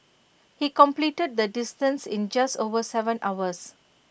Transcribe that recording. he completed the distance in just over Seven hours